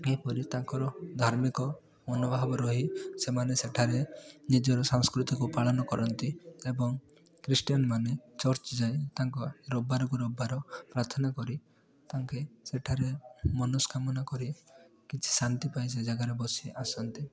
ଏହିପରି ତାଙ୍କର ଧାର୍ମିକ ମନୋଭାବ ରହି ସେମାନେ ସେଠାରେ ନିଜର ସାଂସ୍କୃତିକୁ ପାଳନ କରନ୍ତି ଏବଂ ଖ୍ରୀଷ୍ଟିଆନ ମାନେ ଚର୍ଚ୍ଚ ଯାଇ ତାଙ୍କ ରବିବାରକୁ ରବିବାର ପ୍ରାର୍ଥନା କରି ତାଙ୍କେ ସେଠାରେ ମନୋସ୍କାମନା କରି କିଛି ଶାନ୍ତି ପାଇଁ ସେ ଜାଗାରେ ବସି ଆସନ୍ତି